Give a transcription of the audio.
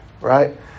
right